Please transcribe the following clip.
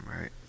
right